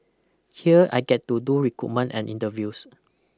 here I get to do recruitment and interviews